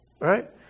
right